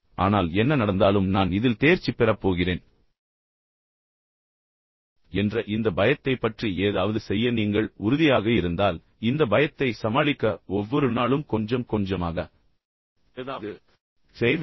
ஆனால் என்ன நடந்தாலும் நான் இதில் தேர்ச்சி பெறப் போகிறேன் என்ற இந்த பயத்தைப் பற்றி ஏதாவது செய்ய நீங்கள் உறுதியாக இருந்தால் இந்த பயத்தை சமாளிக்க ஒவ்வொரு நாளும் கொஞ்சம் கொஞ்சமாக ஏதாவது செய்வேன்